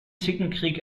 zickenkrieg